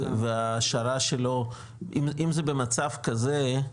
וההשארה שלו אם זה במצב כזה,